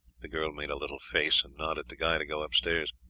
the girl made a little face and nodded to guy to go upstairs.